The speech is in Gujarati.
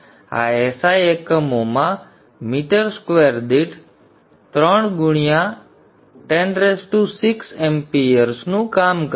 તેથી આ SI એકમોમાં મીટર square દીઠ 3 x 106 amps નું કામ કરશે